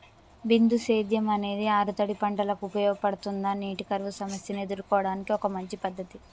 బిందు సేద్యం అనేది ఆరుతడి పంటలకు ఉపయోగపడుతుందా నీటి కరువు సమస్యను ఎదుర్కోవడానికి ఒక మంచి పద్ధతి?